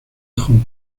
hong